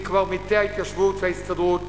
מקברניטי ההתיישבות וההסתדרות,